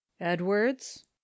Edwards